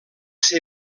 ser